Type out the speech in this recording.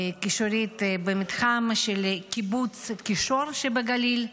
כישורית במתחם של קיבוץ כישור שבגליל,